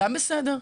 גם בסדר.